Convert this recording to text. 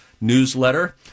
newsletter